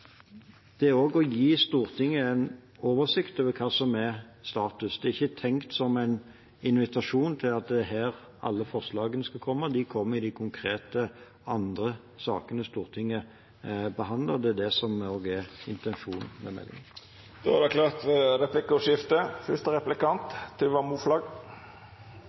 Det er også å gi Stortinget en oversikt over hva som er status. Det er ikke tenkt som en invitasjon til at det er her alle forslagene skal komme. De kommer i de konkrete sakene Stortinget behandler, og det er det som også er intensjonen med meldingen.